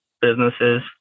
businesses